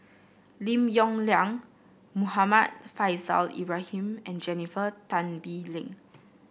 Lim Yong Liang Muhammad Faishal Ibrahim and Jennifer Tan Bee Leng